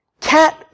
cat